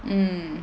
mm